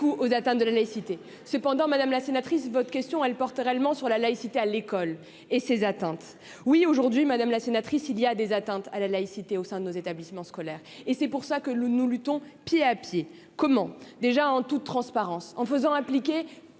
aux atteintes de la laïcité, cependant, madame la sénatrice, votre question elle porte réellement sur la laïcité à l'école et ces atteintes oui aujourd'hui, Madame la sénatrice, il y a des atteintes à la laïcité au sein de nos établissements scolaires et c'est pour ça que nous nous luttons pied à pied, comment déjà en toute transparence, en faisant appliquer